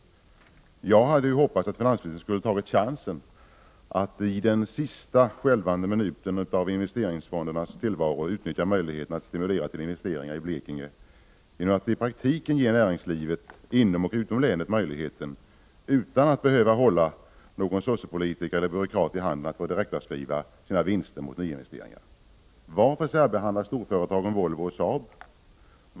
Jag hade hoppats att finansministern skulle ta chansen nu i den sista skälvande minuten för investeringsfonderna att utnyttja möjligheten att stimulera till investeringar i Blekinge genom att i praktiken låta näringslivet inom och utom länet, utan att man behöver hålla en sossepolitiker eller byråkrat i handen, få direktavskriva vinster mot nyinvesteringar. Varför särbehandlas storföretagen Volvo och Saab?